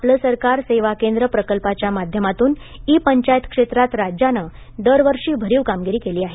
आपलं सरकार सेवा केंद्र प्रकल्पाच्या माध्यमातून ई पंचायत क्षेत्रात राज्यानं दरवर्षी भरीव कामगिरी केली आहे